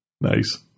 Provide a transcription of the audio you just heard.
Nice